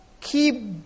keep